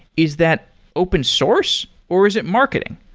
is that open source or is it marketing?